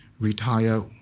retire